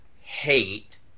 hate